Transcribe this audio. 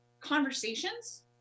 conversations